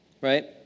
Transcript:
Right